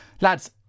Lads